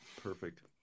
Perfect